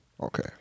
Okay